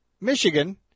Michigan